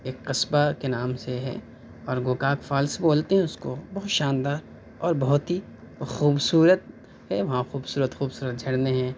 ایک قصبہ کے نام سے ہے اور گوکاک فالس بولتے ہیں اس کو بہت شاندار اور بہت ہی خوبصورت ہے وہاں خوبصورت خوبصورت جھرنے ہیں